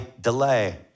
delay